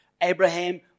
Abraham